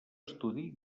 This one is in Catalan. estudi